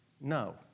no